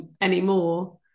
anymore